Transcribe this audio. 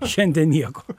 šiandien nieko